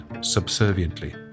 subserviently